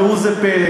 ראו זה פלא,